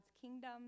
kingdom